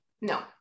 no